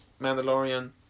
Mandalorian